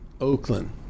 Oakland